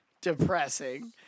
depressing